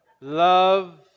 love